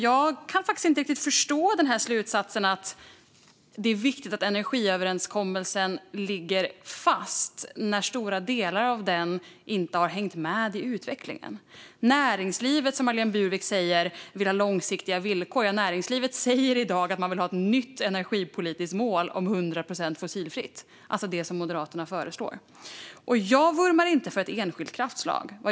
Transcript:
Jag kan inte riktigt förstå slutsatsen att det är viktigt att energiöverenskommelsen ligger fast. Stora delar av den har ju inte hängt med i utvecklingen. Näringslivet, som Marlene Burwick säger vill ha långsiktiga villkor, säger i dag att man vill ha ett nytt energipolitiskt mål om 100 procent fossilfritt, alltså det som Moderaterna föreslår. Jag vurmar inte för ett enskilt kraftslag.